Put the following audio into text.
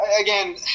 again